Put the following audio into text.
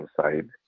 side